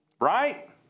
Right